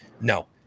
no